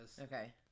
Okay